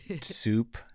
soup